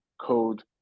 code